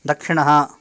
दक्षिणः